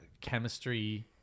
chemistry